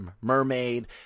mermaid